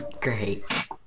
Great